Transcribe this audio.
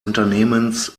unternehmens